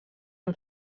amb